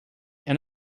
and